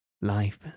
Life